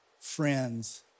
friends